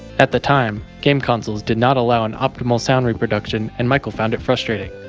at the time, game consoles did not allow an optimal sound reproduction, and michael found it frustrating.